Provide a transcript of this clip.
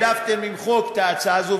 העדפתם למחוק את ההצעה הזאת,